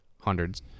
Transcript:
hundreds